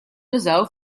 nużaw